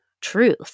truth